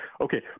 Okay